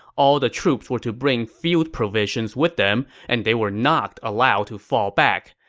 all the troops were to bring field provisions with them, and they were not allowed to fall back.